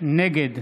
נגד